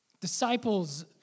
disciples